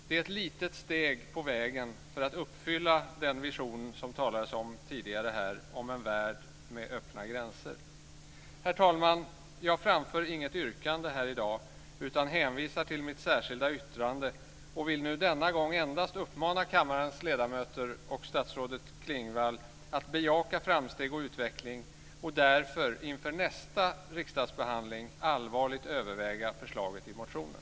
Det är ett litet steg på vägen för att uppfylla den vision som det talades om tidigare här om en värld med öppna gränser. Herr talman! Jag framför inget yrkande här i dag utan hänvisar till mitt särskilda yttrande och vill denna gång endast uppmana kammarens ledamöter och statsrådet Klingvall att bejaka framsteg och utveckling och därför inför nästa riksdagsbehandling allvarligt överväga förslaget i motionen.